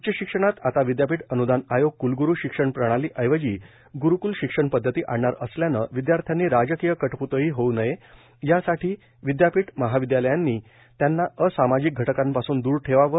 उच्च शिक्षणात आता विद्यापीठ अन्दान आयोग क्लग्रू शिक्षण प्रणाली ऐवजी ग्रूक्ल शिक्षण पध्दती आणणार असल्यानं विद्यार्थ्यांनी राजकीय कटप्तळी होवू नये यासाठी विद्यापीठ महाविद्यालयांनी त्यांना असामाजिक घटकापासून द्र ठेवावं